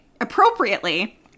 appropriately